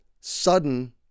sudden